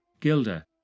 Gilda